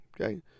okay